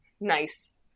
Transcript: nice